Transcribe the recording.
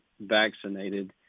vaccinated